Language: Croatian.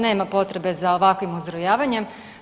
Nema potrebe za ovakvim uzrujavanjem.